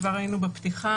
כבר ראינו בפתיחה,